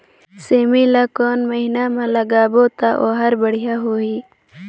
सेमी ला कोन महीना मा लगाबो ता ओहार बढ़िया होही?